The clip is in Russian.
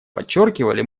подчеркивали